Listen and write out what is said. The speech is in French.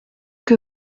que